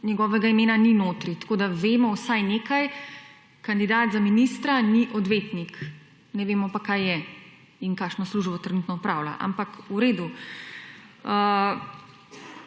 njegovega imena ni notri, tako da vemo vsaj nekaj, kandidat za ministra ni odvetnik, ne vemo pa kaj je in kakšno službo trenutno opravlja. Ampak v redu.